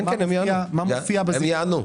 הם יענו.